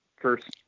first